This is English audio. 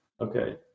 okay